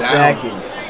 seconds